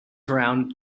around